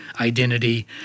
identity